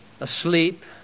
Asleep